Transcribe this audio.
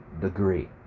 degree